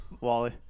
Wally